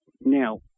Now